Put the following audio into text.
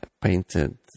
painted